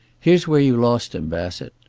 here's where you lost him, bassett.